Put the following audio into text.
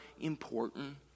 important